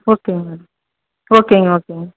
ஓகேங்க ஓகேங்க ஓகேங்க